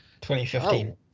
2015